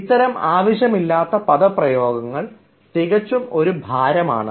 ഇത്തരം ആവശ്യമില്ലാത്ത പദപ്രയോഗങ്ങൾ തികച്ചും ഒരു ഭാരമാണ്